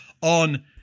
on